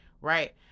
right